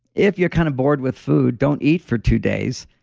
if you're kind of bored with food, don't eat for two days.